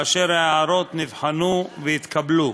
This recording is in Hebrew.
וההערות נבחנו והתקבלו.